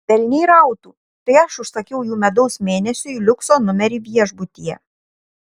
velniai rautų tai aš užsakiau jų medaus mėnesiui liukso numerį viešbutyje